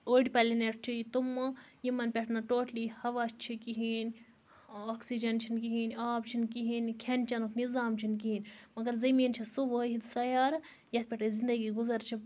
أڑۍ پَلینیٚٹ چھِ تِم یمَن پٮ۪ٹھ نہٕ ٹوٹلی ہَوا چھُ کِہیٖنۍ آکسیٖجَن چھُنہٕ کِہیٖنۍ آب چھُنہٕ کِہیٖنۍ کھیٚن چَنُک نِظام چھُنہٕ کِہیٖنۍ مگر زٔمیٖن چھ سُہ وٲحِد سَیارٕ یتھ پٮ۪ٹھ أسۍ زِندَگی گُزَر چھِ